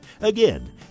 Again